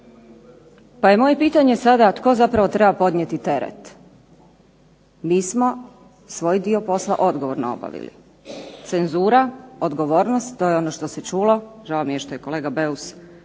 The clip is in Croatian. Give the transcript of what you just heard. Pa je moje pitanje sada tko zapravo treba podnijeti teret. Mi smo svoj dio posla odgovorno obavili. Cenzura, odgovornost, to je ono što se čulo, žao mi je što je kolega Beus